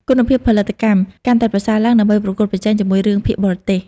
គុណភាពផលិតកម្ម កាន់តែប្រសើរឡើងដើម្បីប្រកួតប្រជែងជាមួយរឿងភាគបរទេស។